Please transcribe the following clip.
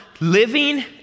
living